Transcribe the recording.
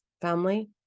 family